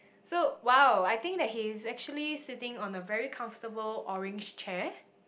so !wow! I think that he is actually sitting on a very comfortable orange chair